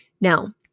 Now